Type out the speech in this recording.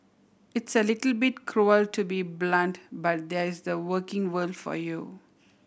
it's a little bit cruel to be blunt but that's the working world for you